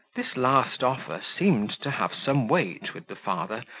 this last offer seemed to have some weight with the father,